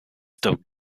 still